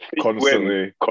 constantly